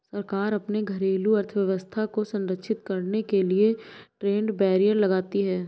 सरकार अपने घरेलू अर्थव्यवस्था को संरक्षित करने के लिए ट्रेड बैरियर लगाती है